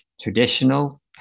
traditional